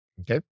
Okay